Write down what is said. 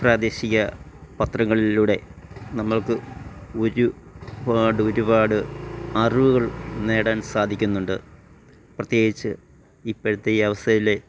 പ്രാദേശിക പത്രങ്ങളിലൂടെ നമ്മൾക്ക് ഒരു പാട് ഒരുപാട് അറിവുകൾ നേടാൻ സാധിക്ക്ന്നുണ്ട് പ്രത്യേകിച്ച് ഇപ്പോഴത്തെ ഈ അവസ്ഥയില്